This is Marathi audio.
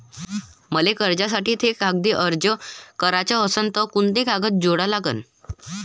मले कर्जासाठी थे कागदी अर्ज कराचा असन तर कुंते कागद जोडा लागन?